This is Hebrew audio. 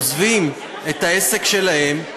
עוזבים את העסק שלהם,